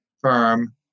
firm